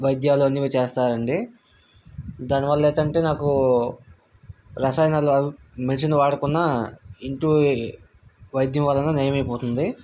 వైద్యాలు అనేవి చేస్తారండి దానివల్ల ఏంటంటే నాకు రసాయనాలు మెడిసిన్ వాడకున్నా ఇంటి వైద్యం వలన నయమైపోతుంది